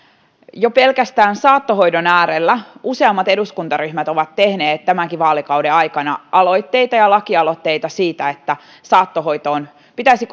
jo pelkästään saattohoidon äärellä useammat eduskuntaryhmät ovat tehneet tämänkin vaalikauden aikana aloitteita ja lakialoitteita siitä että saattohoitoon pitäisi